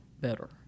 better